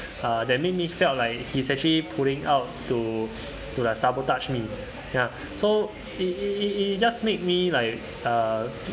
uh that made me felt like he's actually pulling out to to like sabotage me ya so he he he he just made me like uh